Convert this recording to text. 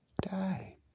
die